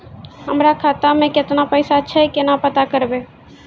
हमरा खाता मे केतना पैसा छै, केना पता करबै?